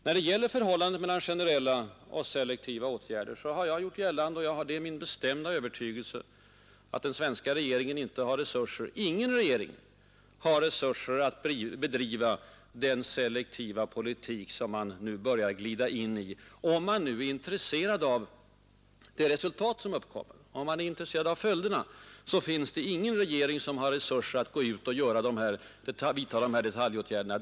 När det gäller förhållandet mellan generella och selektiva åtgärder — om man nu är intresserad av det resultat som uppkommer och följderna — är det min bestämda övertygelse att inte den svenska regeringen och ingen annan regering heller har resurser att bedriva den selektiva politik som man nu börjar glida in i.